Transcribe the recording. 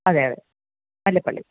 അതെ അതെ മല്ലപ്പള്ളി